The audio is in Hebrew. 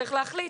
צריך להחליט